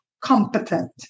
competent